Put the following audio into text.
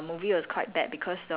ya it's one of those like